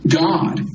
god